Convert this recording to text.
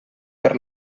per